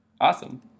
Awesome